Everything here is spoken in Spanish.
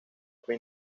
fue